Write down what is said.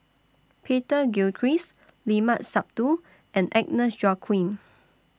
Peter Gilchrist Limat Sabtu and Agnes Joaquim